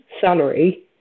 salary